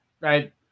right